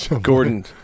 Gordon